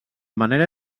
manera